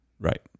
Right